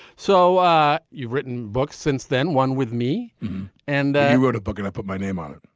so you've written books since then. one with me and i wrote a book and i put my name on it.